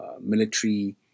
military